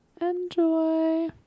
Enjoy